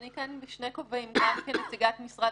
אני כאן בשני כובעים גם כנציגת משרד